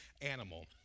animal